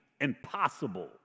impossible